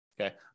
Okay